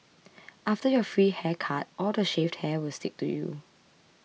after your free haircut all the shaved hair will stick to you